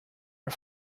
are